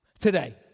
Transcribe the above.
today